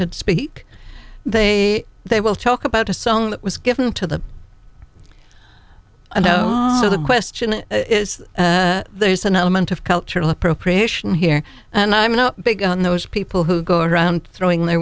to speak they they will talk about a song that was given to them and know the question is there's an element of cultural appropriation here and i'm not big on those people who go around throwing their